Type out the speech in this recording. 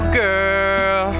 girl